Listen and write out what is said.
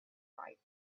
right